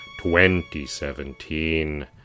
2017